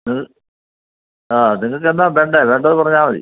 ആ നിങ്ങൾക്ക് എന്താണ് വേണ്ടത് വേണ്ടത് പറഞ്ഞാൽ മതി